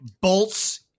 bolts